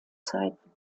zeiten